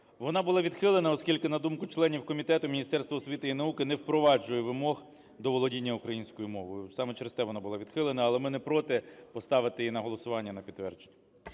Вона була відхилена, оскільки на думку членів комітету, Міністерство освіти і науки не впроваджує вимог до володіння українською мовою. Саме через те вона була відхилена, але ми не проти поставити її на голосування на підтвердження.